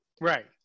Right